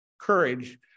courage